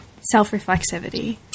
self-reflexivity